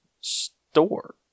store